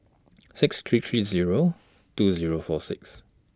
six three three Zero two Zero four six